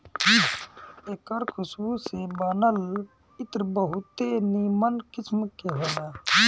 एकर खुशबू से बनल इत्र बहुते निमन किस्म के होला